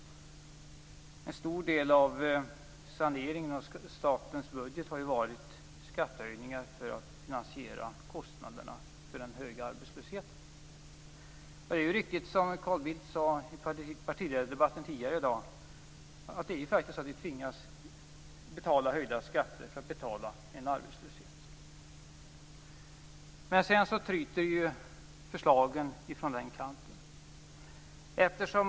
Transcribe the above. En stor del av saneringen av statens budget har bestått i skattehöjningar för att finansiera kostnaderna för den höga arbetslösheten. Det är riktigt som Carl Bildt sade i partiledardebatten tidigare i dag, nämligen att vi tvingas betala högre skatter för att betala arbetslösheten. Sedan tryter förslagen från den kanten.